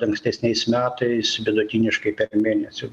ankstesniais metais vidutiniškai per mėnesį